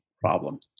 problem